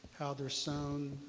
how they're sewn,